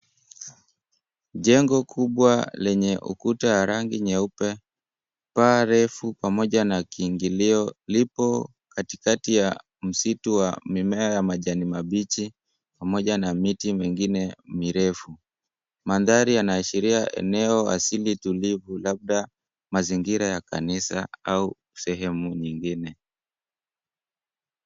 Jengo kubwa lenye ukuta wa rangi nyeupe, paa refu pamoja na kiingilio lipo katikakati ya msitu wa mimea ya majani mabichi pamoja na miti mengine mirefu. Mandhari yanaashiria eneo asili tulivu labda mazingira ya kanisa au sehemu nyingine.